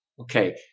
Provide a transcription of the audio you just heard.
Okay